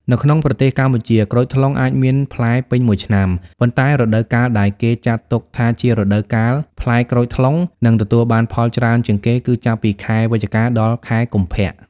នៅក្នុងប្រទេសកម្ពុជា ក្រូចថ្លុងអាចមានផ្លែពេញមួយឆ្នាំ ប៉ុន្តែរដូវកាលដែលគេចាត់ទុកថាជារដូវកាលផ្លែក្រូចថ្លុង និងទទួលបានផលច្រើនជាងគេគឺចាប់ពីខែ វិច្ឆិកា ដល់ខែកុម្ភៈ។